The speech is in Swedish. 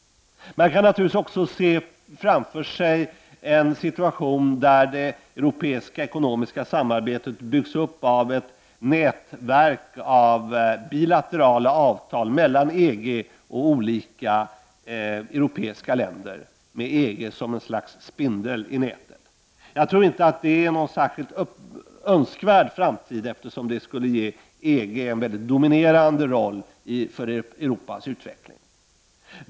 Man kan naturligtvis också se framför sig en situation där det europeiska ekonomiska samarbetet byggs upp av ett nätverk av bilaterala avtal mellan EG och olika europeiska länder, med EG som ett slags spindel i nätet. Jag tror inte att det är någon särskilt önskvärd framtid, eftersom det skulle ge EG en mycket dominerande roll i Europas utveckling.